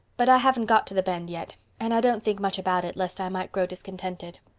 but i haven't got to the bend yet and i don't think much about it lest i might grow discontented.